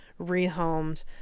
rehomed